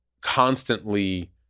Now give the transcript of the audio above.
constantly